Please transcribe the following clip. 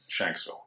Shanksville